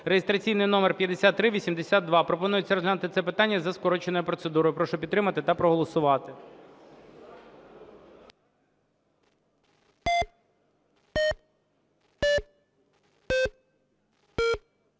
(реєстраційний номер 5120). Пропонується розглянути це питання за скороченою процедурою. Прошу підтримати та проголосувати.